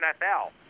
NFL